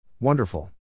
Wonderful